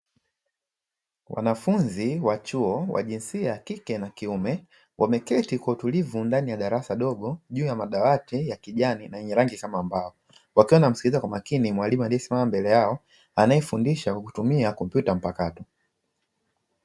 Wanafunzi wa chuo wa jinsia ya kike na kiume, wameketi kwa utulivu ndani ya darasa dogo juu ya madawati ya kijani na yenye rangi kama mbao, wakiwa wanamsikiliza kwa makini mwalimu aliyesimama mbele yao, anayefundisha kwa kutumia kompyuta mpakato.